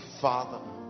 Father